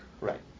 Right